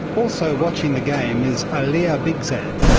also watching the game is allahyar bigzad,